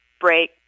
break